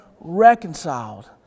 reconciled